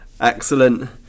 Excellent